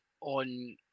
on